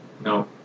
No